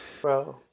bro